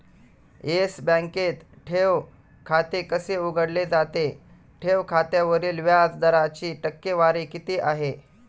Yes बँकेत ठेव खाते कसे उघडले जाते? ठेव खात्यावरील व्याज दराची टक्केवारी किती आहे?